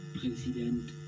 president